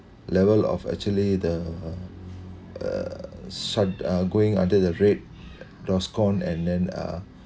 level of actually the uh sort uh going under the red DORSCON and then uh